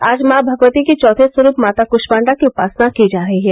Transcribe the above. आज मॉ भगवती के चौथे स्वरूप माता कृष्मांडा की उपासना की जा रही है